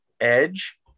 edge